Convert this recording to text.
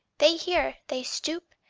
they hear, they stoop,